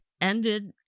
ended